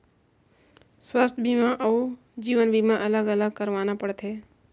स्वास्थ बीमा अउ जीवन बीमा अलग अलग करवाना पड़थे?